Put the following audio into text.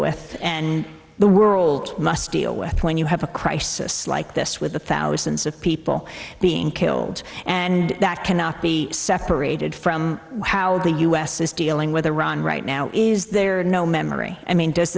with and the world must deal with when you have a crisis like this with the thousands of people being killed and that cannot be separated from how the u s is dealing with iran right now is there no memory i mean does